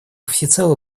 всецело